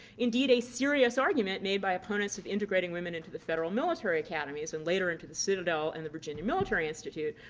indeed, a serious argument made by opponents of integrating women into the federal military academies, and later into the citadel and the virginia military institute,